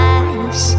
eyes